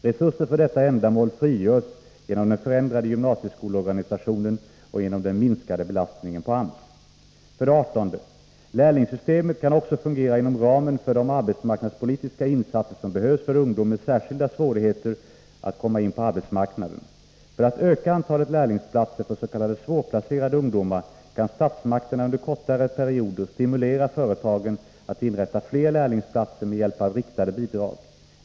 Resurser för detta ändamål frigörs genom den förändrade gymnasieskolorganisationen och genom den minskade belastningen på AMS. 18. Lärlingssystemet kan också fungera inom ramen för de arbetsmarknadspolitiska insatser som behövs för ungdom med särskilda svårigheter att komma in på arbetsmarknaden. För att öka antalet lärlingsplatser för s.k. svårplacerade ungdomar kan statsmakterna under kortare perioder stimulera företagen att inrätta fler lärlingsplatser med hjälp av riktade bidrag.